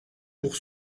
pour